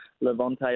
Levante